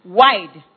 wide